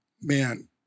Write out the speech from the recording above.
man